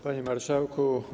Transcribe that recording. Panie Marszałku!